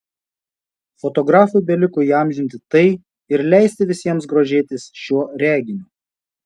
fotografui beliko įamžinti tai ir leisti visiems grožėtis šiuo reginiu